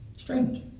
Strange